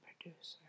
producer